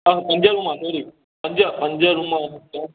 हा पंज room sorry पंज पंज रुम